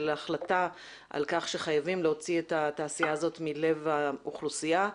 החלטה על כך שחייבים להוציא את התעשייה הזאת מלב האוכלוסייה.